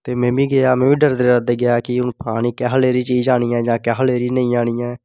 ते में बी गेआ में बी डरदे डरदे गेआ कि हून पता नेईं केहू जेही चीज औनी जां केहू जनेही नेईं औनी ऐ